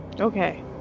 Okay